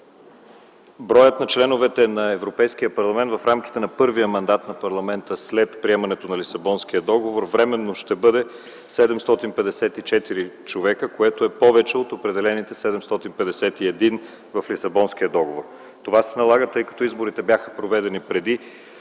Броят на членовете на Европейския парламент в рамките на първия мандат на парламента след приемането на Лисабонския договор временно ще бъде 754 човека, което е повече от определените 751 в Лисабонския договор. Това се налага, тъй като изборите бяха проведени преди